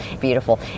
beautiful